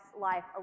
life